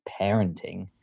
parenting